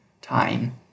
time